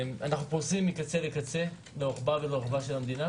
אנחנו פרוסים מקצה לקצה לאורכה ורוחבה של המדינה